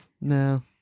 no